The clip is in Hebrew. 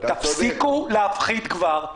תפסיקו להפחיד כבר.